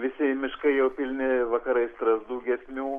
visi miškai jau pilni vakarais strazdų giesmių